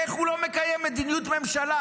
איך הוא לא מקיים מדיניות ממשלה,